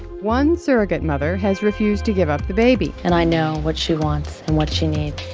one surrogate mother has refused to give up the baby. and i know what she wants and what she needs